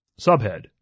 Subhead